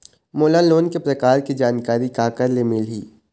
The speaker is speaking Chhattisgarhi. मोला लोन के प्रकार के जानकारी काकर ले मिल ही?